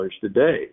today